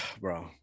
Bro